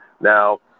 Now